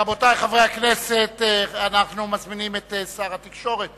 רבותי חברי הכנסת, אנחנו מזמינים את שר התקשורת